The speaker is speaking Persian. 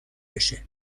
بشه